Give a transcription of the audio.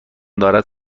دارد